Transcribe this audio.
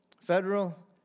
federal